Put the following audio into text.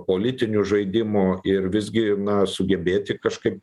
politinių žaidimų ir visgi na sugebėti kažkaip